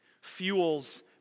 fuels